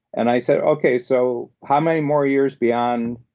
and i said, okay, so how many more years beyond,